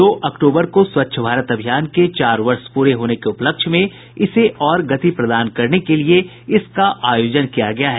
दो अक्टूबर को स्वच्छ भारत अभियान के चार वर्ष पूरे होने के उपलक्ष्य में इसे और गति प्रदान करने के लिए इसका आयोजन किया गया है